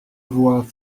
voie